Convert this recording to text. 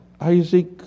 Isaac